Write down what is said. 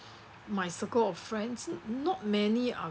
my circle of friends not many are